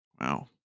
Wow